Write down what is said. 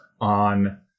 On